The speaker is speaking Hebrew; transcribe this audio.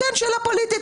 כן, שאלה פוליטית.